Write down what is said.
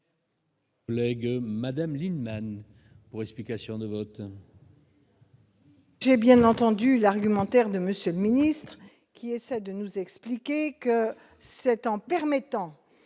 Lègue Madame Lienemann pour explication de vote. J'ai bien entendu l'argumentaire de monsieur Ministre ministre qui essaie de nous expliquer que c'est en permettant